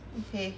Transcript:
okay